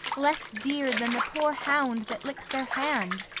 less dear than the poor hound that licks their hand,